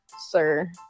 sir